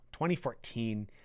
2014